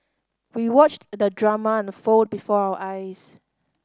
we watched the drama unfold before our eyes